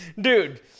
dude